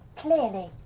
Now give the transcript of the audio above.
clearly.